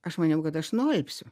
aš maniau kad aš nualpsiu